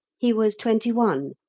he was twenty one,